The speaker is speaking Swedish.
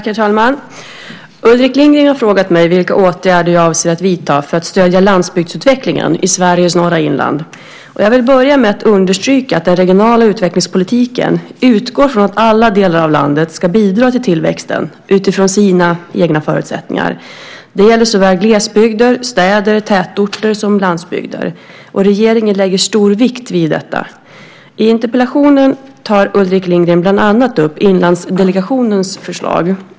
Herr talman! Ulrik Lindgren har frågat mig vilka åtgärder jag avser att vidta för att stödja landsbygdsutvecklingen i Sveriges norra inland. Jag vill börja med att understryka att den regionala utvecklingspolitiken utgår från att alla delar av landet ska bidra till tillväxten utifrån sina egna förutsättningar. Det gäller såväl glesbygder, städer och tätorter som landsbygder. Regeringen lägger stor vikt vid detta. I interpellationen tar Ulrik Lindgren bland annat upp Inlandsdelegationens förslag.